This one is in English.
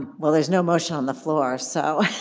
well, there's no motion on the floor, so